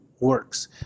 works